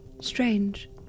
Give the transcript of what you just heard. strange